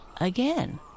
again